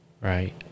right